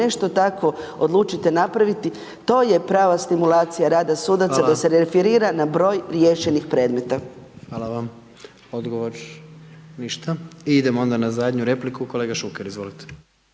nešto tako odlučite napraviti, to je prava stimulacija rada sudaca, da se referira na broj riješenih predmeta. **Jandroković, Gordan (HDZ)** Hvala. Odgovor. Ništa. Idemo onda na zadnju repliku, kolega Šuker, izvolite.